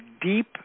deep